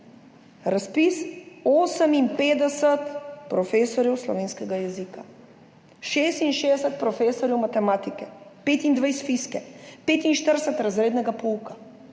Razpis: 58 profesorjev slovenskega jezika, 66 profesorjev matematike, 25 fizike, 45 razrednega pouka.